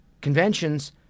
conventions